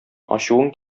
ачуың